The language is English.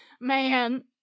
man